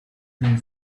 thing